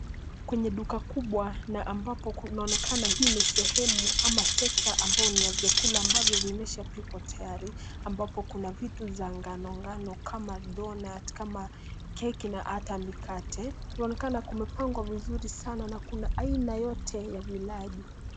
Kwenye duka kubwa na ambapo kunaonekana hii ni sehemu ama sekta ambayo ni vyakula ambavyo vimeshapikwa tayari ambapo kuna vitu za ngano ngano kama donut , kama keki na hata mikate. Kunaonekana kumepangwa vizuri sana na kuna aina yote ya vilaji.